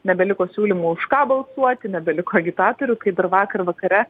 nebeliko siūlymų už ką balsuoti nebeliko agitatorių kai dar vakar vakare